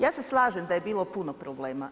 Ja se slažem da je bilo puno problema.